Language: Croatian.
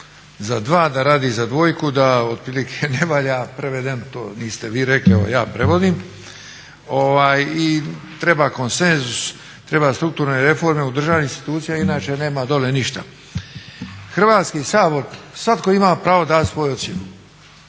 za 2, da radi za dvojku, da otprilike ne valja prevedeno, to niste vi rekli, ja prevodim i treba konsenzus, treba strukturne reforme u državnim institucijama, inače nema dole ništa. Hrvatski sabor, svatko ima pravo davat svoju ocjenu.